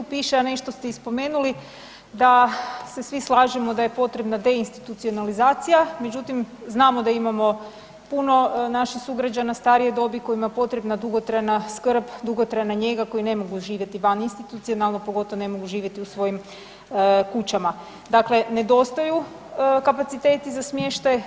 I u ovom dokumentu piše, a nešto ste i spomenuli da se svi slažemo da je potrebna deinstitucionalizacija, međutim znamo da imamo puno naših sugrađana starije dobi kojima je potrebna dugotrajna skrb, dugotrajna njega koji ne mogu živjeti van institucionalnog, pogotovo ne mogu živjeti u svojim kućama, dakle nedostaju kapaciteti za smještaj.